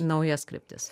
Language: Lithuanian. naujas kryptis